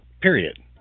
Period